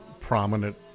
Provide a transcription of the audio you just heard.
prominent